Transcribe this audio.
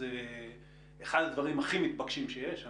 וזה אחד הדברים הכי מתבקשים שיש.